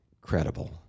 credible